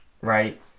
right